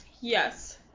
Yes